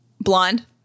Blonde